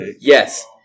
Yes